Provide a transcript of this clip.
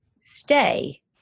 stay